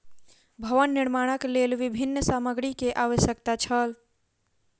भवन निर्माणक लेल विभिन्न सामग्री के आवश्यकता छल